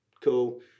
cool